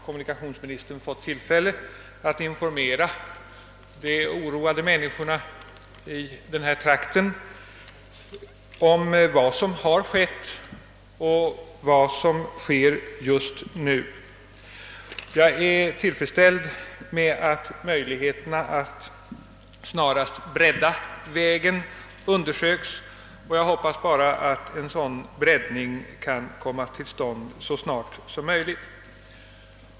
Kommunikationsministern har nu fått tillfälle att informera de oroade människorna i denna trakt om vad som skett och vad som sker just nu. Jag är tillfredsställd med att möjligheterna att snarast bredda vägen undersöks, och jag hoppas bara att en sådan breddning kan komma till stånd så snart som möjligt.